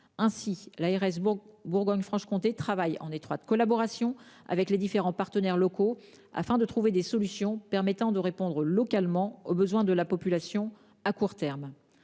santé de Bourgogne-Franche-Comté travaille en étroite collaboration avec les différents partenaires locaux afin de trouver des solutions permettant de répondre localement et à court terme